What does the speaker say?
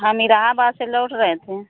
हम इलहाबाद से लौट रहे थे